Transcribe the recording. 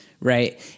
right